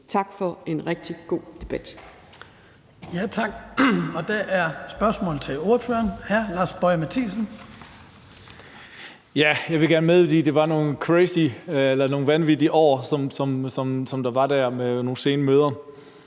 Tak for en rigtig god debat.